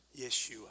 Yeshua